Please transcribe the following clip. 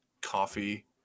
coffee